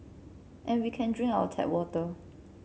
and we can drink our tap water